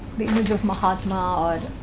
image of mahatma? they